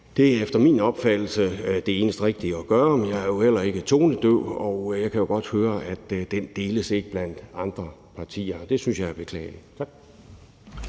Det er efter min opfattelse det eneste rigtige at gøre. Men jeg er jo heller ikke tonedøv, og jeg kan jo godt høre, at den opfattelse ikke deles blandt andre partier. Det synes jeg er beklageligt. Tak.